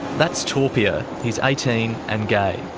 that's topia. he's eighteen and gay.